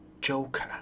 joker